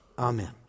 Amen